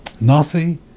nasi